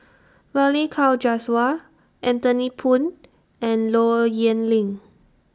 Balli Kaur Jaswal Anthony Poon and Low Yen Ling